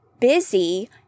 busy